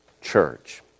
church